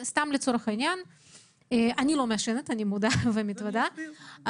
אני מודה ומתוודה,